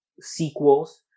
sequels